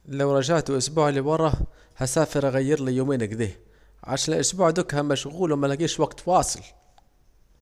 لو رجعت أسبوع لوره هسافر أغيرلي يومين اكده، عشان الأسبوع دوكه مشغول وملاجيش وقت واصل